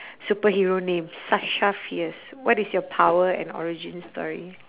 superhero name sasha fierce what is your power and origin story